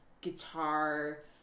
guitar